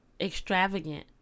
extravagant